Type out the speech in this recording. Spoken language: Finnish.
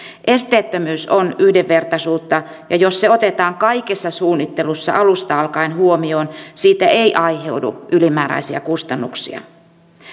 esteettömyys on yhdenvertaisuutta ja jos se otetaan kaikessa suunnittelussa alusta alkaen huomioon siitä ei aiheudu ylimääräisiä kustannuksia